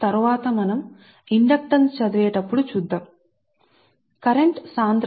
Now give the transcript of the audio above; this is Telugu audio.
మీరు దీన్ని తరవాత చూస్తారు మీరు ఈ ఇండక్టెన్స్ ను అధ్యయనం చేసేటపుడు